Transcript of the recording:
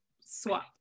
swap